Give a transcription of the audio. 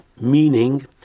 meaning